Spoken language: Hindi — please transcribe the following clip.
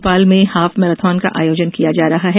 भोपाल में हाफ भैराथन का आयोजन किया जा रहा है